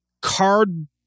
card